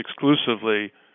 exclusively